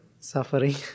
suffering